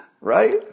Right